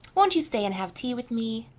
won't you stay and have tea with me?